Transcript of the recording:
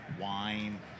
wine